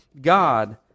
God